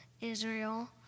Israel